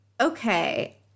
okay